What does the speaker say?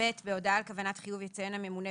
בהודעה על כוונת חיוב יציין הממונה,